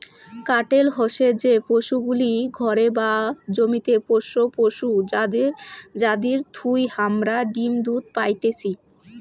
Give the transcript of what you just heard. কাটেল হসে যে পশুগুলি ঘরে বা জমিতে পোষ্য পশু যাদির থুই হামারা ডিম দুধ পাইতেছি